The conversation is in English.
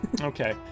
Okay